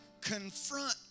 confront